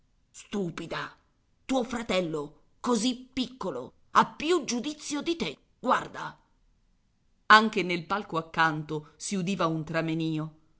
stupida tuo fratello così piccolo ha più giudizio di te guarda anche nel palco accanto si udiva un tramenìo la